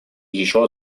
еще